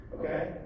Okay